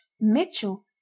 Mitchell